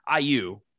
IU